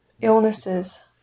illnesses